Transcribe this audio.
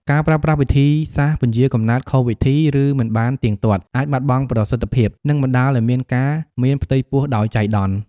ការប្រើប្រាស់វិធីសាស្ត្រពន្យារកំណើតខុសវិធី ឬមិនបានទៀងទាត់ អាចបាត់បង់ប្រសិទ្ធភាព និងបណ្តាលឲ្យមានការមានផ្ទៃពោះដោយចៃដន្យ។